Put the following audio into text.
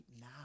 now